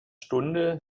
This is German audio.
stunde